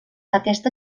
aquesta